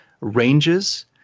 ranges